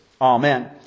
Amen